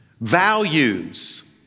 values